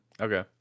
Okay